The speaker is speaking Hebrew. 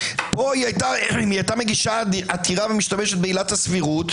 פה אם הייתה מגישה עתירה והייתה משתמשת בעילת הסבירות,